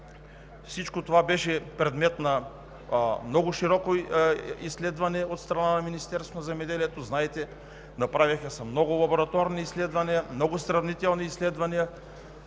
Всичко това беше предмет на много широко изследване от страна на Министерството на земеделието. Знаете, направиха се много лабораторни изследвания, много сравнителни изследвания,